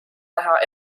näha